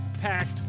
packed